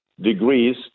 degrees